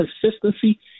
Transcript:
consistency